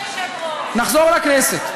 אדוני היושב-ראש, נחזור לכנסת.